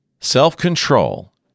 Self-control